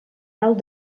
tal